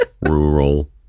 Rural